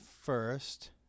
first